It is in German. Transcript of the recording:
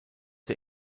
der